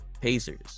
pacers